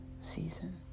season